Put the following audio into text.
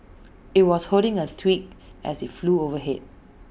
IT was holding A twig as IT flew overhead